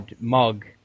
mug